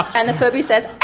and the furby says